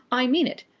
i mean it.